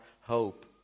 hope